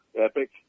Epic